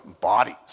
bodies